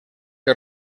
que